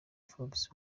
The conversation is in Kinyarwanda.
forbes